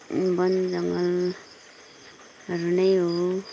बन जङ्गलहरू नै हो